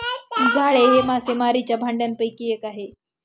जाळे हे मासेमारीच्या भांडयापैकी एक आहे